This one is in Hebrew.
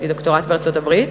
עשיתי דוקטורט בארצות-הברית,